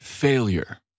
Failure